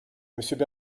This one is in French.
monsieur